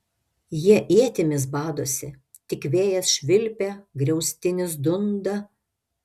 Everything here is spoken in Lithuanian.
jie ietimis badosi tik vėjas švilpia griaustinis dunda